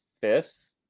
fifth